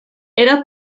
era